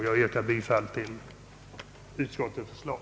Jag yrkar bifall till utskottets förslag.